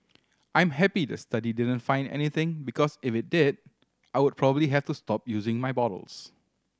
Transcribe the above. I'm happy the study didn't find anything because if it did I would probably have to stop using my bottles